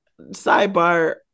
sidebar